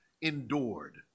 endured